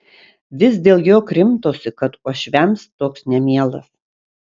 vis dėl jo krimtosi kad uošviams toks nemielas